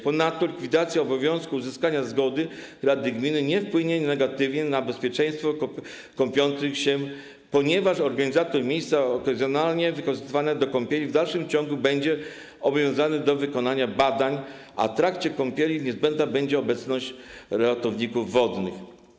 Ponadto likwidacja obowiązku uzyskania zgody rady gminy nie wpłynie negatywnie na bezpieczeństwo kąpiących się, ponieważ organizator miejsca okazjonalnie wykorzystywanego do kąpieli w dalszym ciągu będzie zobowiązany do wykonania badań, a w trakcie kąpieli niezbędna będzie obecność ratowników wodnych.